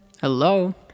Hello